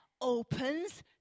opens